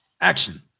Action